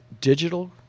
digital